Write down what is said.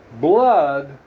blood